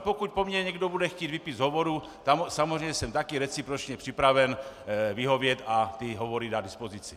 Pokud po mně někdo bude chtít výpis hovorů, samozřejmě jsem také recipročně připraven vyhovět a hovory dát k dispozici.